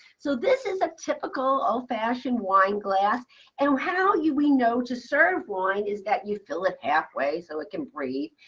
so this is a typical old-fashioned wine glass and how do you we know to serve wine is that you fill it halfway, so it can breathe.